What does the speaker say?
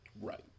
Right